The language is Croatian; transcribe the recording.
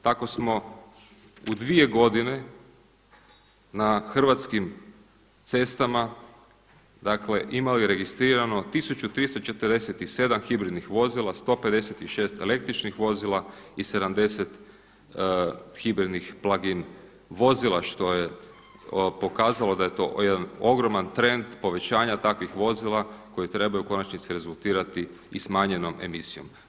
Tako smo u dvije godine na Hrvatskim cestama imali registrirano 1347 hibridnih vozila, 156 električnih vozila i 70 hibridnih plug-in vozila što je pokazalo da je to jedan ogroman trend povećanja takvih vozila koji trebaju u konačnici rezultirati i smanjenom emisijom.